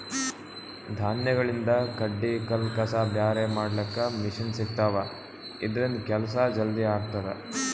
ಧಾನ್ಯಗಳಿಂದ್ ಕಡ್ಡಿ ಕಲ್ಲ್ ಕಸ ಬ್ಯಾರೆ ಮಾಡ್ಲಕ್ಕ್ ಮಷಿನ್ ಸಿಗ್ತವಾ ಇದ್ರಿಂದ್ ಕೆಲ್ಸಾ ಜಲ್ದಿ ಆಗ್ತದಾ